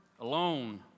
alone